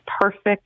perfect